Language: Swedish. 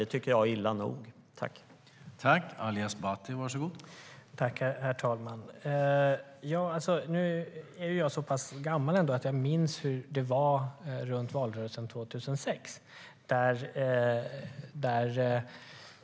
Det tycker jag var illa nog.